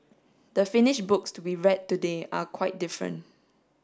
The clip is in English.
the finished books we read today are quite different